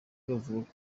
bavuga